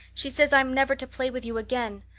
she says i'm never to play with you again.